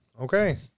Okay